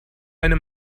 eine